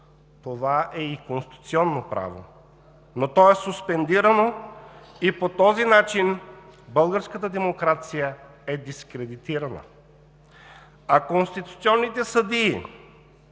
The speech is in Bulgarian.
това е и конституционно право. Но то е суспендирано и по този начин българската демокрация е дискредитирана. А конституционните съдии,